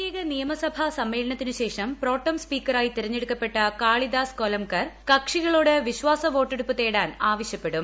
പ്രത്യേക നിയമസഭാ സമ്മേളനത്തിനുശേഷം പ്രോട്ടെം സ്പീക്കറായി തിരഞ്ഞെടുക്കപ്പെട്ട കാളിദാസ് കൊലംകർ കക്ഷികളോട് വിശ്വാസ വോട്ടെടുപ്പ് തേടാൻ ആവശ്യപ്പെടും